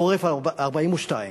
חורף 1942,